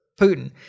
Putin